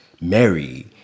Mary